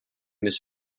this